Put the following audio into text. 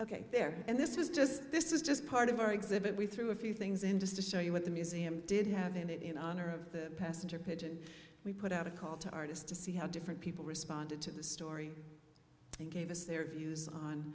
ok there and this is just this is just part of our exhibit we threw a few things in just a show you what the museum did have it in honor of the passenger pigeon we put out a call to artists to see how different people responded to the story thinking of us their views on